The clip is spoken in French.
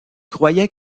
croyait